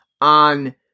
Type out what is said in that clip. on